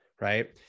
right